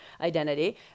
identity